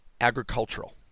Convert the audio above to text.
Agricultural